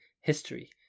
history